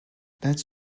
that’s